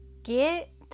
get